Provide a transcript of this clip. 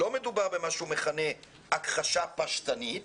לא מדובר במה שהוא מכנה - הכחשה פשטנית.